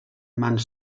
mans